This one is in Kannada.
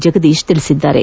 ಜಗದೀಶ್ ತಿಳಿಸಿದ್ದಾರೆ